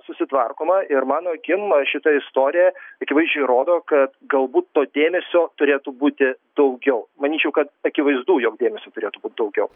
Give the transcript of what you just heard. susitvarkoma ir mano akim šita istorija akivaizdžiai rodo kad galbūt to dėmesio turėtų būti daugiau manyčiau kad akivaizdu jog dėmesio turėtų būt daugiau